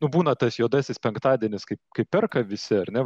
nu būna tas juodasis penktadienis kai kai perka visi ar ne